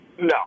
No